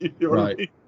right